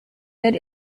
that